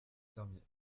fermier